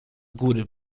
góry